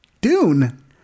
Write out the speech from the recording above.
Dune